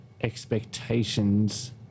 expectations